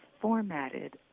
formatted